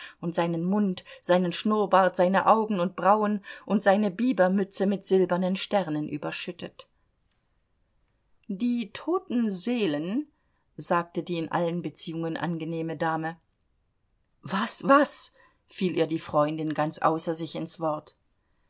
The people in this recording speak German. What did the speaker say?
und seinen mund seinen schnurrbart seine augen und brauen und seine bibermütze mit silbernen sternen überschüttet die toten seelen sagte die in allen beziehungen angenehme dame was was fiel ihr die freundin ganz außer sich ins wort